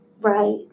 Right